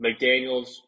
McDaniels